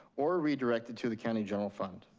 or redirected to the county general fund.